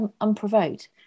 unprovoked